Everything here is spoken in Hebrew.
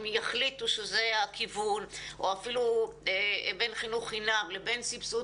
אם יחליטו שזה הכיוון או אפילו בין חינוך חינם לבין סבסוד